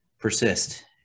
persist